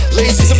lazy